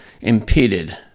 impeded